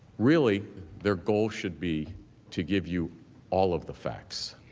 really their goal should be to give you all of the facts.